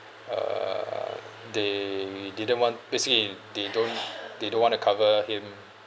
err they didn't want basically they don't they don't want to cover him